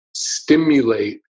stimulate